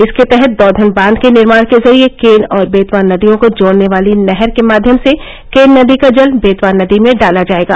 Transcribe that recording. इसके तहत दौधन बांध के निर्माण के जरिये केन और बेतवा नदियों को जोडने वाली नहर के माध्यम से केन नदी का जल बेतवा नदी में डाला जाएगा